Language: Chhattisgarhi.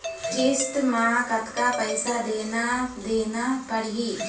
किस्त म कतका पैसा देना देना पड़ही?